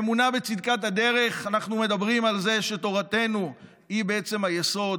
אמונה בצדקת הדרך: אנחנו מדברים על זה שתורתנו היא בעצם היסוד,